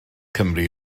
cymru